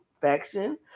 faction